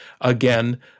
again